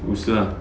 五十 ah